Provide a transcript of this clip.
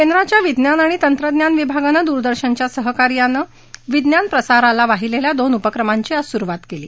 केंद्राच्या विज्ञान आणि तंत्रज्ञान विभागाने दूरदर्शनच्या सहकार्यानं विज्ञानप्रसाराला वाहिलेल्या दोन उपक्रमांची आज सुरूवात केली